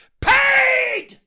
Paid